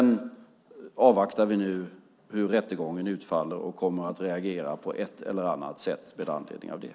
Nu avvaktar vi utfallet av rättegången och kommer att på ett eller annat sätt reagera med anledning av det.